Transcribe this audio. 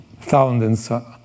thousands